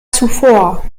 zuvor